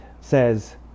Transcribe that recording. says